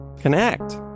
connect